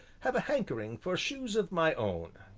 have a hankering for shoes of my own.